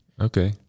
Okay